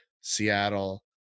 Seattle